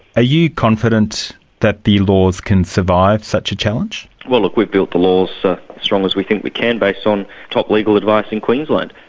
you confident that the laws can survive such a challenge? well, look, we've built the laws as ah strong as we think we can based on top legal advice in queensland.